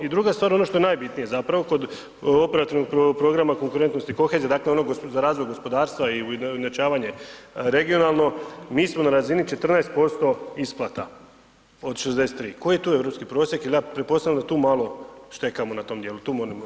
I druga stvar ono što je najbitnije zapravo kod Operativnog programa konkurentnost i kohezija dakle onog za razvoj gospodarstva i ujednačavanje regionalno mi smo na razini 14% isplata od 63, koji je tu europski prosjek jel ja pretpostavljam da tu malo štekamo na tom dijelu, tu molim obrazloženje.